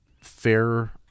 fair